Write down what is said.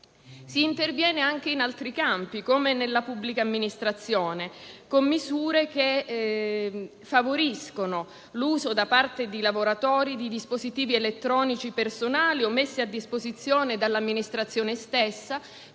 Si interviene anche in altri campi, come nella pubblica amministrazione, con misure che favoriscono l'uso da parte di lavoratori di dispositivi elettronici, personali o messi a disposizione dall'amministrazione stessa,